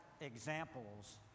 examples